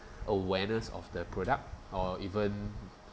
awareness of the product or even